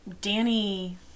Danny